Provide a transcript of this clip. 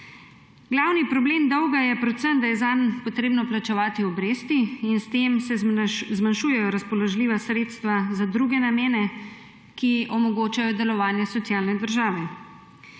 Glavni problem dolga je predvsem, da je zanj potrebno plačevati obresti. S tem se zmanjšujejo razpoložljiva sredstva za druge namene, ki omogočajo delovanje socialne države.